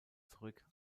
zurück